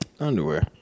Underwear